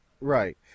Right